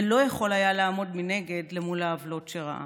ולא יכול היה לעמוד מנגד מול העוולות שראה.